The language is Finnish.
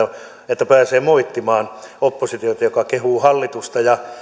että pääsevät moittimaan oppositiota joka kehuu hallitusta ja